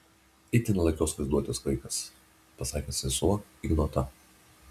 itin lakios vaizduotės vaikas pasakė sesuo ignotą